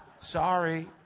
Sorry